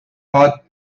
ought